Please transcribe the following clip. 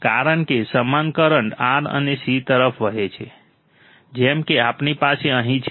કારણ કે સમાન કરંટ R અને C તરફ વહે છે જેમ કે આપણી પાસે અહીં છે